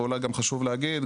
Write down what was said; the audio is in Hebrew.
ואולי גם חשוב להגיד,